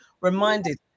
reminded